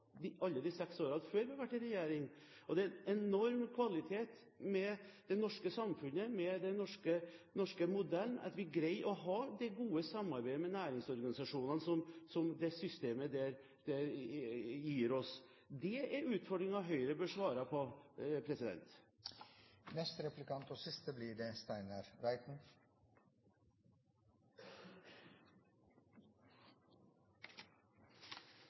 de seks årene vi har vært i regjering. Det er en enorm kvalitet ved det norske samfunnet, ved den norske modellen, at vi greier å ha det gode samarbeidet med næringsorganisasjonene som det systemet gir oss. Det er utfordringen Høyre bør svare på. Jeg har to spørsmål til statsråden. Det